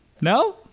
No